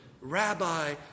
Rabbi